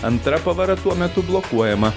antra pavara tuo metu blokuojama